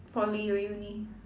poly or uni